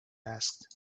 asked